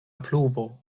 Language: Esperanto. pluvo